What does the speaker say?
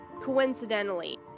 coincidentally